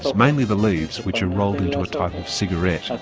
mainly the leaves, which are rolled into a type of cigarette.